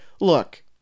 look